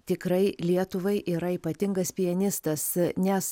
tikrai lietuvai yra ypatingas pianistas nes